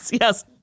yes